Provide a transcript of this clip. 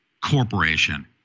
corporation